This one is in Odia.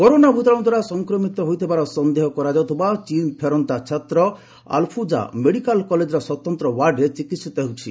କରୋନା ଭୂତାଣୁ ଦ୍ୱାରା ସଂକ୍ରମିତ ହୋଇଥିବାର ସନ୍ଦେହ କରାଯାଉଥିବା ଚୀନର ଫେରନ୍ତା ଛାତ୍ର ଆଲଫୁଜା ମେଡିକାଲ କଲେଜର ସ୍ୱତନ୍ତ ୱାର୍ଡରେ ଚିକିହ୍ତି ହେଉଛି